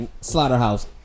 Slaughterhouse